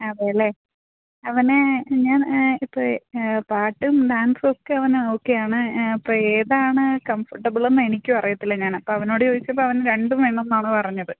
അതെയല്ലെ അവന് ഞാൻ ഇപ്പോഴേ പാട്ടും ഡാൻസുമൊക്കെ അവന് ഓക്കേയാണ് അപ്പോള് ഏതാണ് കംഫോർട്ടബിളെന്ന് എനിക്കുമറിയില്ല ഞാന് അപ്പോള് അവനോട് ചോദിച്ചപ്പോള് അവന് രണ്ടും വേണമെന്നാണ് പറഞ്ഞത്